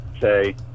say